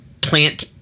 plant